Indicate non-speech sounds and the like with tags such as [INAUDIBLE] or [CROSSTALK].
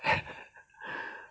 [BREATH]